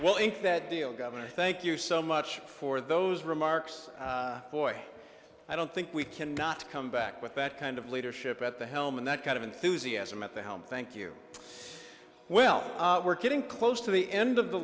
well in that deal governor thank you so much for those remarks i don't think we can not come back with that kind of leadership at the helm and that kind of enthusiasm at the helm thank you we'll we're getting close to the end of the